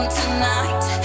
tonight